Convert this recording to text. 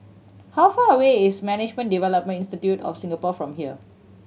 how far away is Management Development Institute of Singapore from here